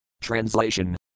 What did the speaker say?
Translation